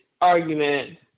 argument